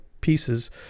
pieces